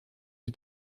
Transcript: ich